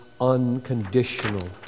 unconditional